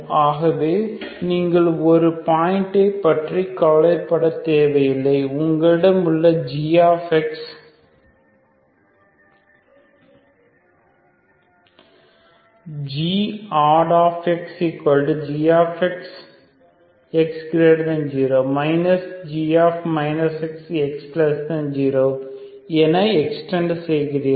ஆகவே நீங்கள் ஒரு பாயிண்டை பற்றி கவலைப்படத் தேவையில்லை உங்களிடம் உள்ள g goddxgx x0 g x x0 என எக்ஸ்டெண்ட் செய்கிறீர்கள்